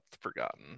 forgotten